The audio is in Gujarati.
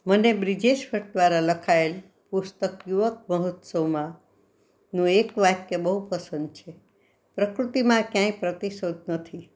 મને બ્રિજેશ ભટ્ટ દ્વારા લખાયેલ પુસ્તક યુવક મહોત્સવમાંનું એક વાક્ય બહુ પસંદ છે પ્રકૃતિમાં ક્યાંય પ્રતિશોધ નથી